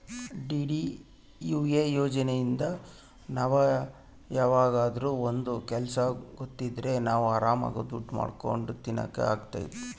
DDUA ಯೋಜನೆಇಂದ ನಾವ್ ಯಾವ್ದಾದ್ರೂ ಒಂದ್ ಕೆಲ್ಸ ಗೊತ್ತಿದ್ರೆ ನಾವ್ ಆರಾಮ್ ದುಡ್ಕೊಂಡು ತಿನಕ್ ಅಗ್ತೈತಿ